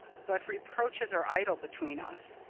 but reproaches are idle between us.